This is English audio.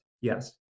Yes